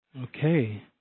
Okay